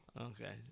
Okay